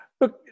Look